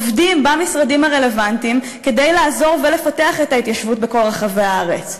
עובדים במשרדים הרלוונטיים כדי לעזור ולפתח את ההתיישבות בכל רחבי הארץ.